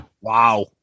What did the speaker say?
wow